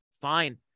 fine